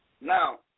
Now